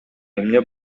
эмне